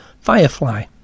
Firefly